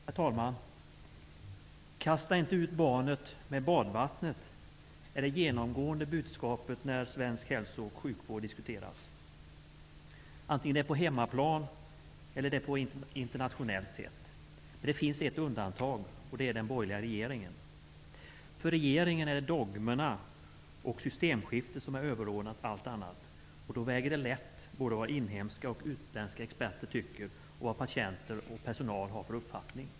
Herr talman! ''Kasta inte ut barnet med badvattnet'', det är det genomgående budskapet när svensk hälso och sjukvård diskuteras, antingen på hemmaplan eller på internationellt plan. Men det finns ett undantag: Den borgerliga regeringen. För regeringen är det dogmerna och systemskiftet som är överordnat allt annat. Då väger det lätt vad såväl inhemska som utländska experter tycker om vad patienter och personal har för uppfattning.